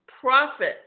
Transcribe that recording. profit